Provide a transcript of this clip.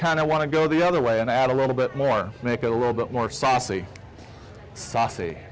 kind of want to go the other way and add a little bit more make it a little bit more